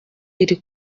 iri